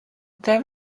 their